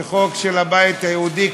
חוק של הבית היהודי,